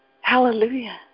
Hallelujah